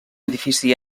edifici